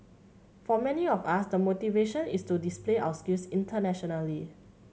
for many of us the motivation is to display our skills internationally